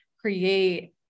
create